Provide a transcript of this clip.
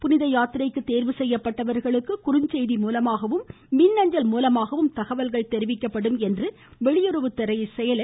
புனித யாத்திரைக்கு தேர்வு செய்யப்பட்டவர்களுக்கு குறுஞ்செய்தி மூலமாகவும் மின்னஞ்சல் மூலமாகவும் தகவல் தெரிவிக்கப்படும் என வெளியுறவுத்துறை செயலர் திரு